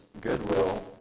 goodwill